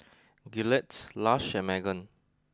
Gillette Lush and Megan